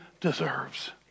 deserves